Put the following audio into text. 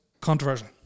controversial